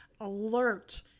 alert